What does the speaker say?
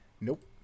Nope